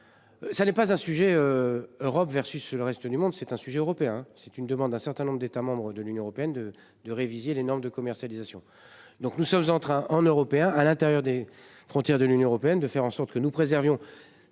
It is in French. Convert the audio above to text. Ça n'est pas un sujet. Europe versus sur le reste du monde, c'est un sujet européen c'est une demande un certain nombre d'États de l'Union européenne de, de réviser les normes de commercialisation. Donc nous sommes en train en européen à l'intérieur des frontières de l'Union européenne de faire en sorte que nous préservions.